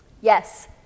Yes